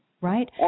Right